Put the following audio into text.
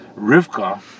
Rivka